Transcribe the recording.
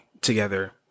together